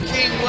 King